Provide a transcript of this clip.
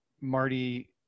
Marty